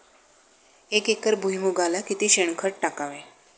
एक एकर भुईमुगाला किती शेणखत टाकावे?